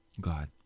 God